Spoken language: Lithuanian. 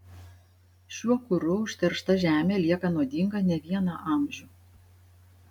šiuo kuru užteršta žemė lieka nuodinga ne vieną amžių